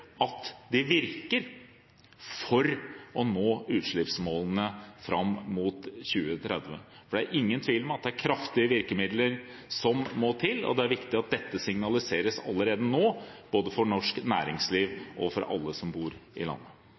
at det virker, for å nå utslippsmålene fram mot 2030? Det er ingen tvil om at det er kraftige virkemidler som må til, og det er viktig at dette signaliseres allerede nå for både norsk næringsliv og alle som bor i landet.